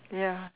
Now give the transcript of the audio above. ya